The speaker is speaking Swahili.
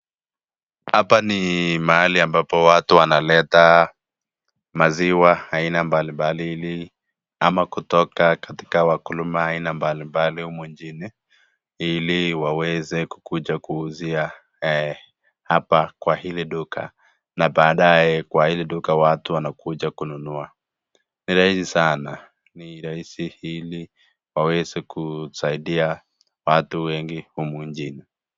Hapa ni mahali ambapo watu wanaleta maziwa aina mbali mbali ama kutoka katika wakulima aina mbali mbali humu nchini, ili waweze kukuja kuuzia hapa kwa hili duka, na baadaye kwa hili duka watu wanakuja kununua. Ni raisi sana, ni raisi ili waweze kusaidia watu wengi humu nchini.